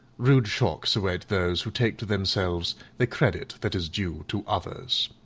rude shocks await those who take to themselves the credit that is due to others.